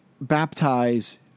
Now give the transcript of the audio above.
baptize